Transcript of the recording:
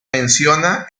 menciona